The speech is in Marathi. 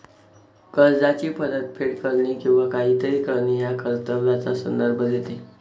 कर्जाची परतफेड करणे किंवा काहीतरी करणे या कर्तव्याचा संदर्भ देते